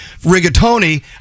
rigatoni